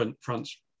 France